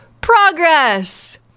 progress